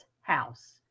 house